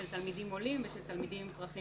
של תלמידים עולים ושל תלמידים עם צרכים